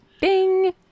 Bing